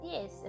Yes